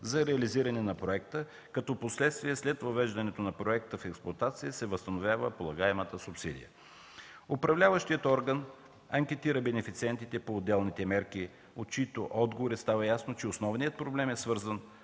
за реализиране на проекта, като впоследствие, след въвеждането на проекта в експлоатация, се възстановява полагаемата субсидия. Управляващият орган анкетира бенефициентите по отделните мерки, от чиито отговори става ясно, че основният проблем е свързан